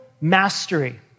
mastery